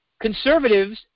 Conservatives